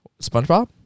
spongebob